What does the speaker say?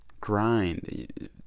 grind